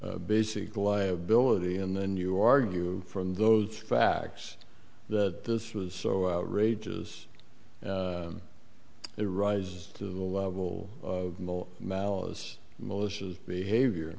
e basic liability and then you argue from those facts that this was so outrageous to rise to the level of malice melissa's behavior